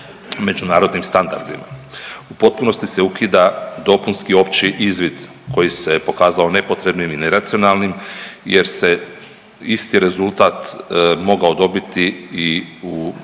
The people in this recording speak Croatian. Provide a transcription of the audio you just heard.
međunarodnim standardima. U potpunosti se ukida dopunski opći izvid koji se pokazao nepotrebnim i neracionalnim jer se isti rezultat mogao dobiti i u